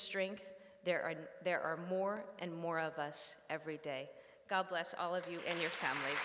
strength there are there are more and more of us every day god bless all of you and your